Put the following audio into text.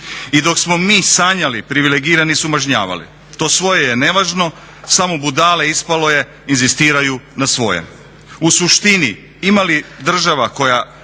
I dok smo mi sanjali privilegirani su mažnjavali. To svoje je nevažno, samo budale ispalo je inzistiraju na svojem. U suštini ima li država koja